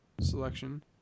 selection